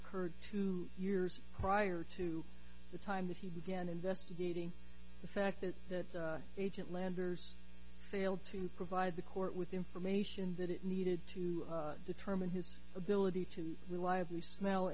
occurred two years prior to the time that he began investigating the fact that that agent landers failed to provide the court with information that it needed to determine his ability to reliably smell